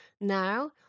Now